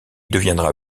deviendra